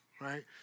right